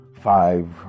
five